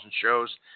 shows